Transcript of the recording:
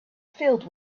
filled